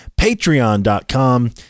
patreon.com